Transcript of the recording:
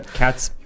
，cats